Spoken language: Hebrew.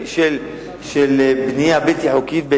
של בנייה בלתי חוקית,